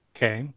Okay